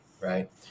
right